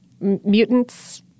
mutants